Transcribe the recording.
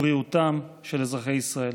וכן לשמור על חייהם ובריאותם של אזרחי ישראל.